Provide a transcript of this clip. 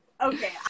okay